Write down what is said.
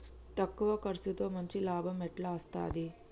తక్కువ కర్సుతో మంచి లాభం ఎట్ల అస్తది?